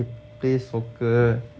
then can play soccer